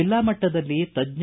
ಜಿಲ್ಲಾ ಮಟ್ಟದಲ್ಲಿ ತಜ್ಜ